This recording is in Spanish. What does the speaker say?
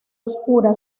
oscura